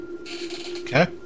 Okay